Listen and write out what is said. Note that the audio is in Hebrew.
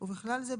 ובכלל זה,